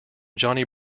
johnny